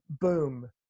boom